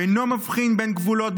הוא אינו מבחין בין גבולות,